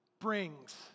brings